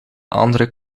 andere